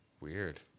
Weird